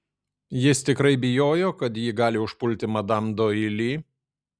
jis tikrai bijojo kad ji gali užpulti madam doili